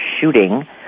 shooting